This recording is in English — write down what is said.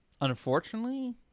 unfortunately